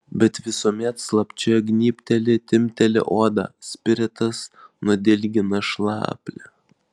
bet visuomet slapčia gnybteli timpteli odą spiritas nudilgina šlaplę